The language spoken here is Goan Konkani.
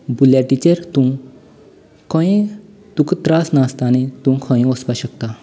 बुलेटीचेर तूं खंयय तुका त्रास नासतना तूं खंय वचपाक शकता